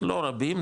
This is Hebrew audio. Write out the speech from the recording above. לא רבים,